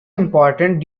important